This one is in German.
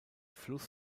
fluss